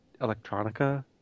electronica